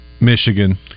Michigan